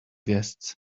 guests